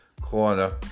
Corner